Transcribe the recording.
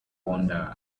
wander